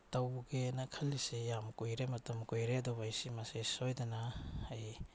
ꯇꯧꯒꯦꯅ ꯈꯜꯂꯤꯁꯦ ꯌꯥꯝ ꯀꯨꯏꯔꯦ ꯃꯇꯝ ꯀꯨꯏꯔꯦ ꯑꯗꯨꯕꯨ ꯑꯩ ꯃꯁꯤꯃꯁꯦ ꯁꯣꯏꯗꯅ ꯑꯩ